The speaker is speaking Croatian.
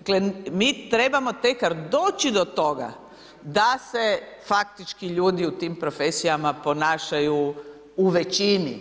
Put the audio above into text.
Dakle, mi trebamo tek doći do toga da se faktički, ljudi u tim profesijama ponašaju u većini